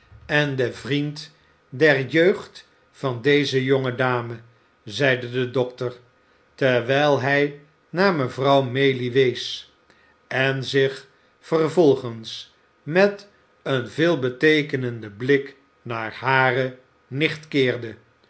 en de vriend der jeugd van deze jonge dame zeide de dokter terwijl hij naar mevrouw maylie wees en zich vervolgens met een veelbeteekenenden blik naar hare nicht keerde